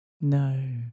no